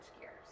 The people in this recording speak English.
gears